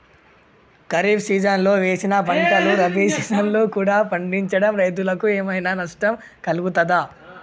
ఖరీఫ్ సీజన్లో వేసిన పంటలు రబీ సీజన్లో కూడా పండించడం రైతులకు ఏమైనా నష్టం కలుగుతదా?